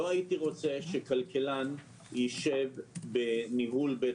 לא הייתי רוצה שכלכלן ישב בניהול בית